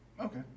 Okay